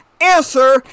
answer